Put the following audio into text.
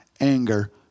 anger